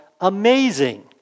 amazing